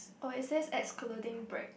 oh it's say excluding break